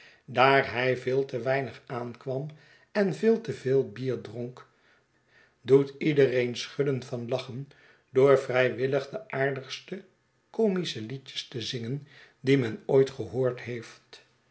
daar hij veel te weinig aankwam en veel te veel bier dronk doet iedereen schudden van lachen door vrijwillig de aardigste comische liedjes te zingen die men ooit gehoord heeft